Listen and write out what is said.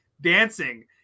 dancing